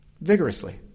vigorously